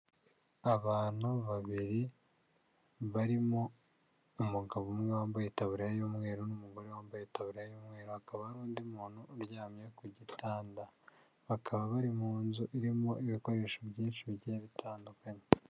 Abantu babiri barimo: umugabo umwe wambaye itaburiya y'umweru, n'umugore wambaye itaburiya y'umweru, hakaba hari undi muntu uryamye ku gitanda, bakaba bari mu nzu irimo ibikoresho byinshi bigiye bitandukanye.